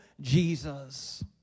Jesus